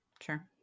Sure